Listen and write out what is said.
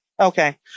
Okay